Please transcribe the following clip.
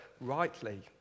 rightly